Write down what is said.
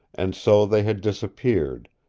and so they had disappeared,